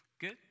good